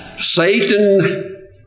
Satan